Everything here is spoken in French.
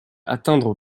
atteindre